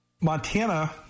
Montana